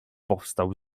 powstał